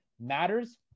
matters